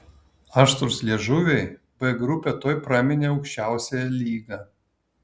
aštrūs liežuviai b grupę tuoj praminė aukščiausiąja lyga